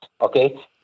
Okay